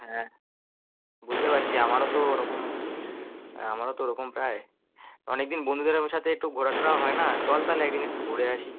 হ্যাঁ বুঝতে পারছি আমারও তো ওরকম আমারও তো ওরকম প্রায় অনেকদিন বন্ধুদের সাথে একটু ঘোরা টোরাও হয় না চল তালে একদিন একটু ঘুরে আসি